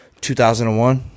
2001